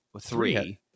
three